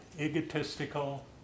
egotistical